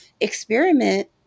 experiment